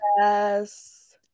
yes